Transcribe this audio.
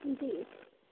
जी